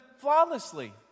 flawlessly